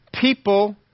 people